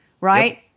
right